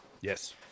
Yes